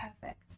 perfect